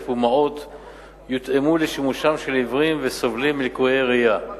ומעות יותאמו לשימושם של עיוורים וסובלים מליקויי ראייה.